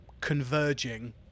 converging